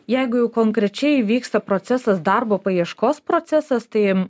jeigu jau konkrečiai vyksta procesas darbo paieškos procesas tai